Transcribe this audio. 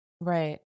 Right